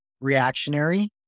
reactionary